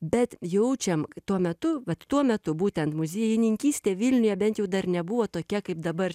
bet jaučiam tuo metu vat tuo metu būtent muziejininkystė vilniuje bent jau dar nebuvo tokia kaip dabar